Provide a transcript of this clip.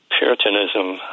Puritanism